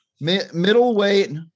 Middleweight